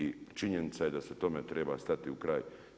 I činjenica je da se tome treba stati u kraj.